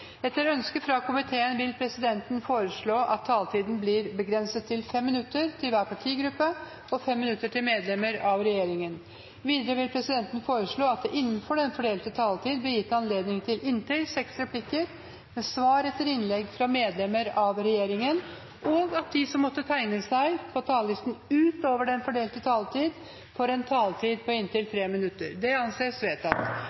Etter ønske fra energi- og miljøkomiteen vil presidenten foreslå at taletiden blir begrenset til 5 minutter til hver partigruppe og 5 minutter til medlemmer av regjeringen. Videre vil presidenten foreslå at det blir gitt anledning til inntil seks replikker med svar etter innlegg fra medlemmer av regjeringen innenfor den fordelte taletid, og at de som måtte tegne seg på talerlisten utover den fordelte taletid, får en taletid på inntil 3 minutter. Det anses vedtatt.